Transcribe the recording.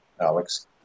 Alex